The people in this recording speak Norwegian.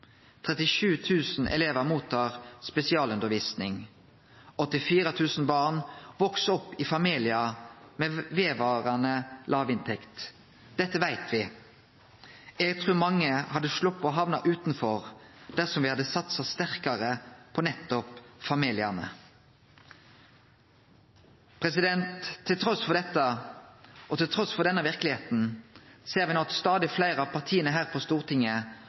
000 elevar mottar spesialundervisning. 84 000 barn veks opp i familiar med vedvarande låg inntekt. Dette veit me. Eg trur mange hadde sloppe å hamne utanfor dersom me hadde satsa sterkare på nettopp familiane. Trass i dette, og trass i denne verkelegheita, ser me no at stadig fleire av partia her på Stortinget